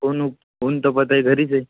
ऊन ऊन तापत आहे घरीच आहे